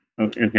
Okay